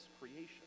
creation